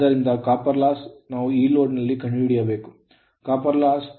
ಆದ್ದರಿಂದ copper loss ನಾವು ಈ loadಲ್ಲಿ ಕಂಡುಹಿಡಿಯಬೇಕು